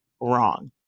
Wrong